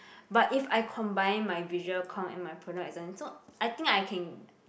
but if I combine my visual comm and my product design so I think I can